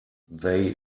they